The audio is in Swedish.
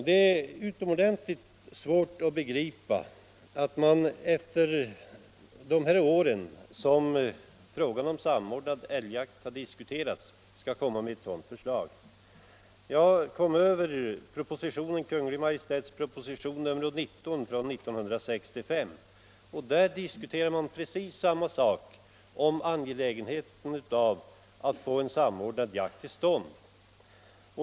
Det är utomordentligt svårt att begripa att man efter de år som frågan om samordnad älgjakt har diskuterats kan lägga fram ett sådant här förslag. Jag kom att läsa Kungl. Maj:ts proposition nr 19 från 1965, och där talar man om precis samma sak, nämligen angelägenheten av att få en samordnad jakt till stånd.